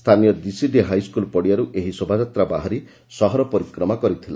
ସ୍ରାନୀୟ GCD high school ପଡ଼ିଆରୁ ଏହି ଶୋଭାଯାତ୍ରା ବାହାରି ସହର ପରିକ୍ରମା କରିଥିଲା